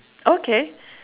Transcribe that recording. okay